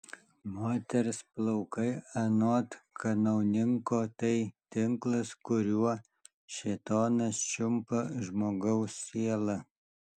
moters plaukai anot kanauninko tai tinklas kuriuo šėtonas čiumpa žmogaus sielą